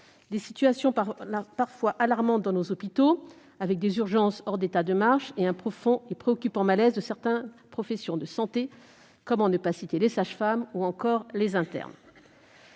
des situations parfois alarmantes, avec des services d'urgence hors d'état de marche, ainsi qu'un profond et préoccupant malaise de certaines professions de santé- comment ne pas citer les sages-femmes, ou encore les internes